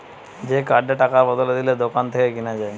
যে কার্ডটা টাকার বদলে দিলে দোকান থেকে কিনা যায়